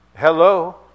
Hello